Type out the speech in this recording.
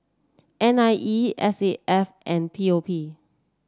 N I E S A F and P O P